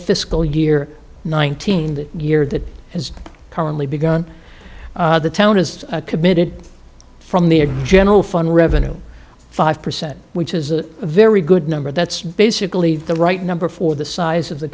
fiscal year nineteen the year that is currently begun the town is committed from the general fund revenue five percent which is a very good number that's basically the right number for the size of the